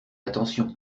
attention